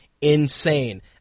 insane